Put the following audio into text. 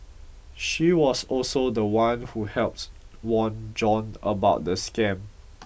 she was also the one who helped warn John about the scam